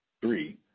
Three